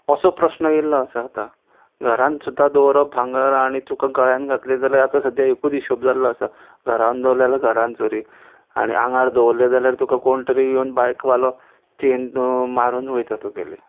असो प्रस्न येयल्लो आसा आतां घरान सुद्दा दवरप भांगर आनी तुका गळ्यान घातले जाल्यार आतां सद्या एकूच इशोब जाल्लो आसा घरान दवरले जाल्यार घरान चोरी आनी आंगार दवरले जाल्यार तुका कोण तरी येवन बायक वालो चेन मारून वयता तुगेली